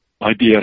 IBS